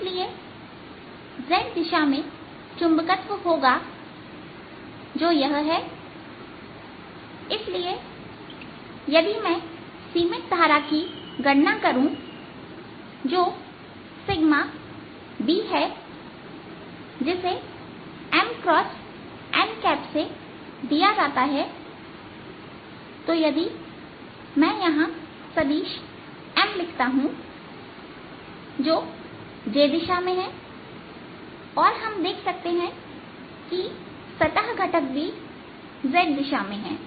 इसलिए z दिशा में चुंबकत्व होगा जो यह है इसलिए यदि मैं सीमित धारा की गणना करूं जो Bहै जिसे M × nसे दिया जाता है तो यदि मैं यहां सदिश M लिखता हूं जो j दिशा में है और हम देख सकते हैं कि सतह घटक भी z दिशा में है